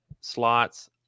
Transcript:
slots